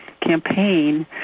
campaign